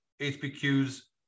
HPQ's